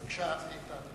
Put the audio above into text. בבקשה.